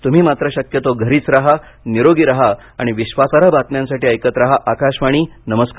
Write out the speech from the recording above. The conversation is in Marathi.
तुम्ही मात्र शक्यतो घरीच रहानिरोगी रहा आणि विश्वासार्ह बातम्यांसाठी ऐकत रहा आकाशवाणी नमस्कार